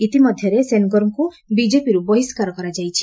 ଇତିମଧ୍ୟରେ ସେନ୍ଗର୍ଙ୍କୁ ବିଜେପିରୁ ବହିଷ୍କାର କରାଯାଇଛି